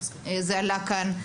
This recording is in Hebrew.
זה עלה כאן,